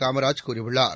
காமராஜ் கூறியுள்ளார்